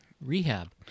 rehab